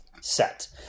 set